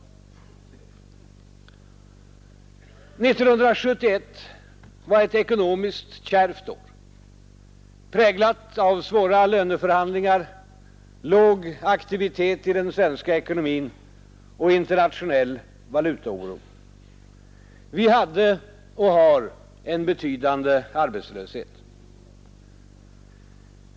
1971 var ett ekonomiskt kärvt år, präglat av svåra löneförhandlingar, låg aktivitet i den svenska ekonomin och internationell valutaoro. Vi hade och har en betydande arbetslöshet.